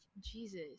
Jesus